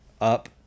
up